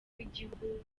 w’igihugu